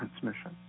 transmission